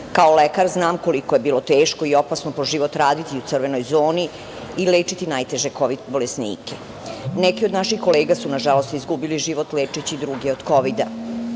Kao lekar znam koliko je bilo teško i opasno po život raditi u crvenoj zoni i lečiti najteže kovid bolesnike. Neki od naših kolega su nažalost izgubili život lečeći druge od kovida.